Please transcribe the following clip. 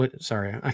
Sorry